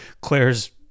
Claire's